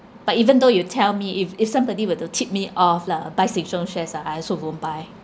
but even though you tell me if if somebody were to tip me off lah buy sheng siong shares ah I also won't buy